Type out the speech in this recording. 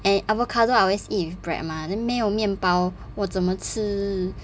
and avocado I always eat with bread mah then 没有面包我怎么吃